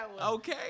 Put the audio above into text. okay